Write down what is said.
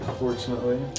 unfortunately